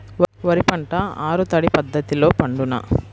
వరి పంట ఆరు తడి పద్ధతిలో పండునా?